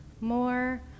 more